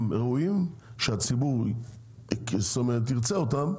ראויים שהציבור זאת אומרת ירצה אותם,